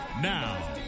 Now